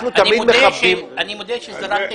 אנחנו תמיד מכבדים --- אני מודה שזרקתי